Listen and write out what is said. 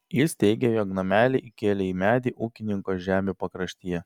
jis teigė jog namelį įkėlė į medį ūkininko žemių pakraštyje